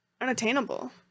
unattainable